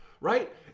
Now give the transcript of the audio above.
right